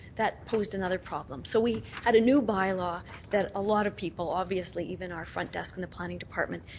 that posed another problem. so we had a new bylaw that a lot of people obviously even our front desk in the planning department,